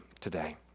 today